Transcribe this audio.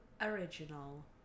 original